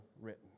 written